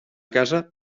casa